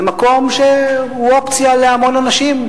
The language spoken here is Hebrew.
זה מקום שהוא אופציה להמון אנשים,